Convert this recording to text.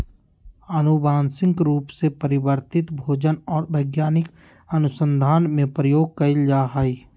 आनुवंशिक रूप से परिवर्तित भोजन और वैज्ञानिक अनुसन्धान में प्रयोग कइल जा हइ